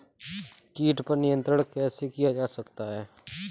कीट पर नियंत्रण कैसे किया जा सकता है?